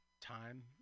time